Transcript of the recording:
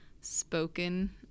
spoken